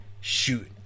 shoot